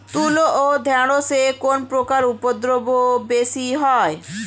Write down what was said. তুলো ও ঢেঁড়সে কোন পোকার উপদ্রব বেশি হয়?